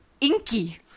Inky